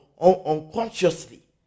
unconsciously